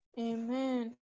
Amen